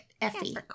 Effie